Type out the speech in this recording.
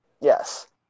Yes